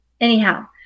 anyhow